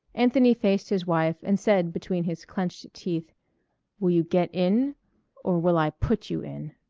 anthony faced his wife and said between his clenched teeth will you get in or will i put you in?